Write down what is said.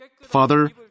Father